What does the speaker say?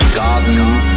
gardens